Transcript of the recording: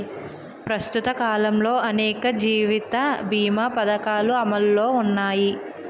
ప్రస్తుత కాలంలో అనేక జీవిత బీమా పధకాలు అమలులో ఉన్నాయి